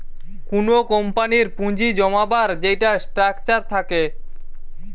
কুনো কোম্পানির পুঁজি জমাবার যেইটা স্ট্রাকচার থাকে